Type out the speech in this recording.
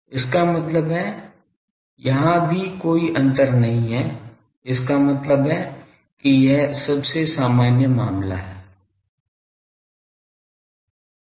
इसका मतलब है यहाँ भी कोई अंतर नहीं है इसका मतलब है कि यह सबसे सामान्य मामला था